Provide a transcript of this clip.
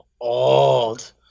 old